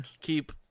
keep